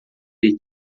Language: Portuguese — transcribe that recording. the